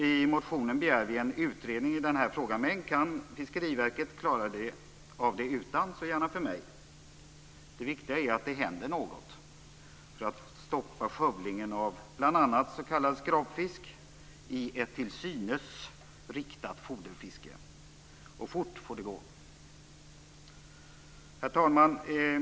I motionen begär vi en utredning i den här frågan. Men om Fiskeriverket kan klara av det utan en sådan, så gärna för mig. Det viktiga är att det händer något för att stoppa skövlingen av s.k. skrapfisk i ett till synes riktat foderfiske. Och det måste gå fort. Herr talman!